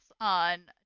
on